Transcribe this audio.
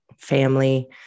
family